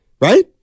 right